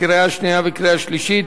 קריאה שנייה וקריאה שלישית.